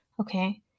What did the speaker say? Okay